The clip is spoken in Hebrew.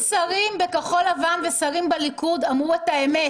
לי שרים בכחול לבן ושרים בליכוד אמרו את האמת.